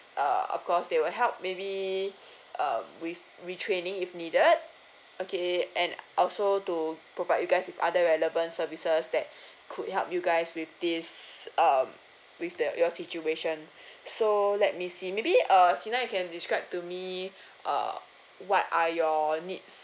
err of cause they will help maybe uh with retraining if needed okay and also to provide you guys with other relevant services that could help you guys with this um with the your situation so let me see maybe err Sina you can describe to me uh what are your needs